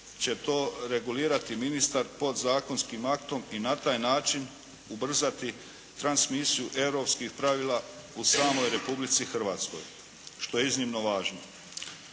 će to regulirati ministar podzakonskim aktom i na taj način ubrzati transmisiju europskih pravila u samoj Republici Hrvatskoj, što je iznimno važno.